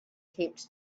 taped